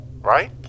right